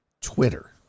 twitter